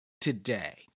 today